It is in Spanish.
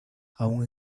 aun